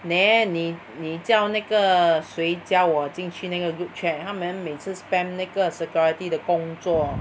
nah 你你叫那个谁加我进去那个 group chat 他们每次 spam 那个 security 的工作